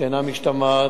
שאינה משתמעת,